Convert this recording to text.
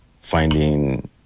finding